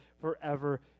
forever